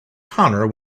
connor